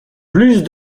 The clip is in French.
plus